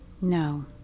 No